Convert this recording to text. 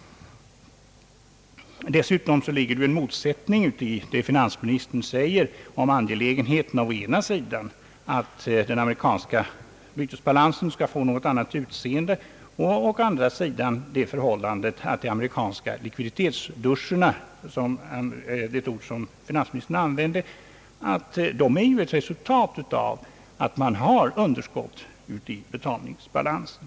Dessutom ligger det en motsättning i vad finansministern säger om å ena sidan angelägenheten av att den amerikanska bytesbalansen skall få ett annat utseende och å andra sidan det förhållandet, att de amerikanska »likviditetsduscherna» — finansministern använde det ordet — är ett resultat av att USA har underskott i betalningsbalansen.